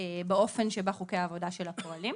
באופן שבה חוקי העבודה שלה פועלים.